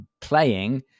playing